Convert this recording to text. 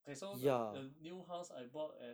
okay so the the new house I bought at